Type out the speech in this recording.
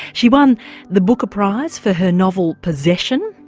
she won the booker prize for her novel possession.